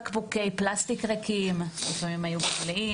בקבוקי פלסטיק ריקים או מלאים,